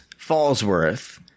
Fallsworth